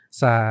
sa